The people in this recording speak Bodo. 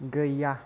गैया